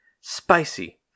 Spicy